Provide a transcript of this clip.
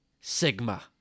Sigma